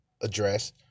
address